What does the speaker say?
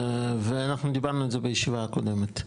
ואנחנו דיברנו על זה בישיבה הקודמת.